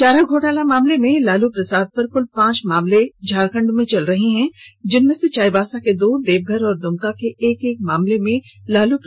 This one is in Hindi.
चारा घोटाला मामले में लालू प्रसाद पर कुल पांच मामले झारखंड में चल रहे हैं जिनमें से चाईबासा के दो देवघर और दुमका के एक एक मामले में लालू प्रसाद को सजा मिल चुकी है